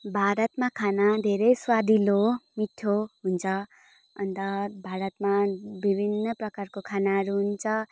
भारतमा खाना धेरै स्वादिलो मिठो हुन्छ अन्त भारतमा विभिन्न प्रकारको खानाहरू हुन्छ